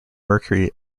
mercury